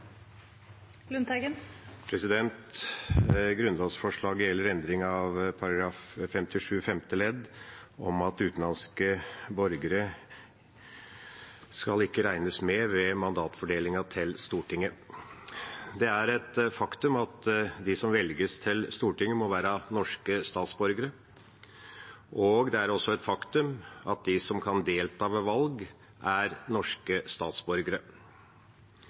Grunnlovsforslaget gjelder endring av § 57 femte ledd, om at utenlandske borgere ikke skal regnes med ved mandatfordelingen til Stortinget. Det er et faktum at de som velges til Stortinget, må være norske statsborgere. Det er også et faktum at de som kan delta ved valg, er norske statsborgere.